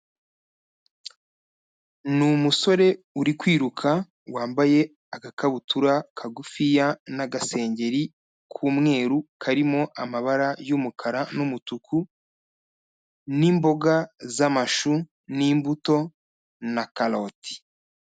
Ni umusore uri kwiruka, wambaye agakabutura kagufiya, n'agasengeri k'umweru karimo amabara y'umukara n'umutuku, n'imboga z'amashu, n'imbuto na karoti.